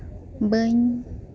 ᱵᱟᱹᱧ